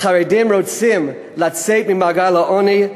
חרדים רוצים לצאת ממעגל העוני,